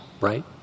right